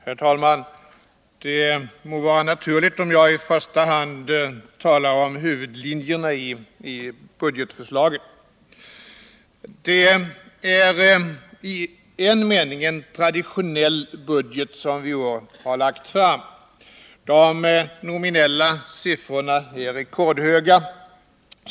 Herr talman! Det må vara naturligt om jag i första hand talar om huvudlinjerna i budgetförslaget. Det är i en mening en traditionell budget som vi i år har lagt fram. De nominella siffrorna är rekordhöga.